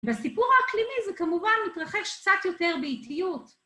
והסיפור האקלימי זה כמובן מתרחש קצת יותר באיטיות.